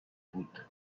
بود